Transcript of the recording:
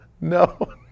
no